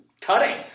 cutting